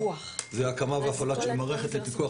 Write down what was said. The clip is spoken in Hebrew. זה הקמה והפעלה של מערכת פיקוח.